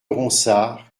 ronsard